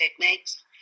techniques